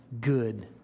good